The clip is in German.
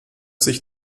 sich